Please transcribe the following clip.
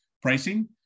Pricing